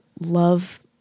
love